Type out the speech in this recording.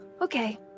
Okay